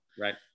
right